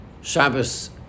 Shabbos